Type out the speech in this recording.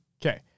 Okay